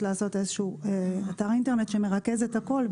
לעשות איזשהו אתר אינטרנט שמרכז את הכול,